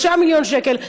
3 מיליון שקל.